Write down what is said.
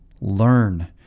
learn